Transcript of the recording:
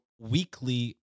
weekly